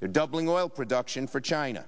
they're doubling oil production for china